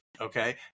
Okay